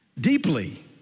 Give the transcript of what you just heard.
deeply